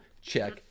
check